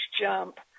jump